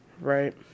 Right